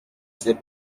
c’est